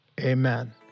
Amen